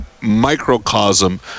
microcosm